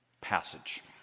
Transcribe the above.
passage